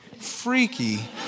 freaky